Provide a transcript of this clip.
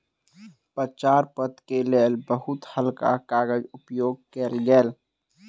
प्रचार पत्र के लेल बहुत हल्का कागजक उपयोग कयल गेल